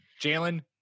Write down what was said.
Jalen